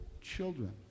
children